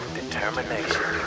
determination